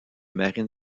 marine